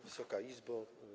Wysoka Izbo!